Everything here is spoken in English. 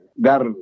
Gar